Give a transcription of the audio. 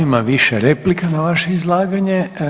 Ima više replika na vaše izlaganje.